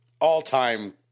All-time